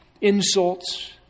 Insults